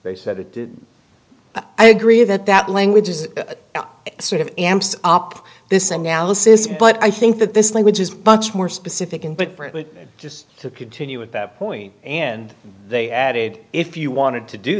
they said it i agree that that language is sort of amps up this analysis but i think that this language is bunch more specific in but just to continue at that point and they added if you wanted to do